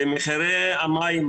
מחירי המים